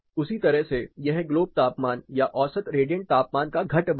उसी तरह से यह ग्लोब तापमान या औसत रेडिएंट तापमान का घट बढ़ है